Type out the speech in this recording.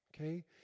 okay